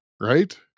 right